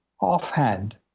offhand